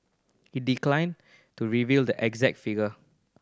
he declined to reveal the exact figure